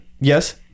yes